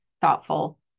thoughtful